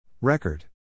Record